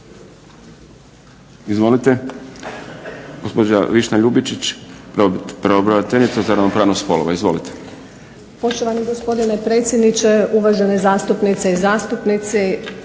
Izvolite, gospođa Višnja Ljubičić pravobraniteljica za ravnopravnost spolova. **Ljubičić, Višnja** Poštovani gospodine predsjedniče, uvažene zastupnice i zastupnici